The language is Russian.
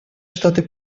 штаты